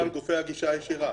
גם על גופי הגישה הישירה.